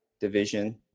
Division